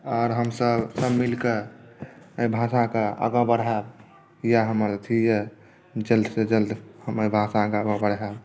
आर हमसभ सभ मिलि कऽ एहि भाषाकेँ आगाँ बढ़ायब इएह हमर अथी यए जल्दसँ जल्द हमर भाषाकेँ आगाँ बढ़ायब